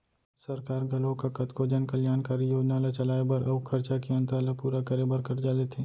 सरकार घलोक ह कतको जन कल्यानकारी योजना ल चलाए बर अउ खरचा के अंतर ल पूरा करे बर करजा लेथे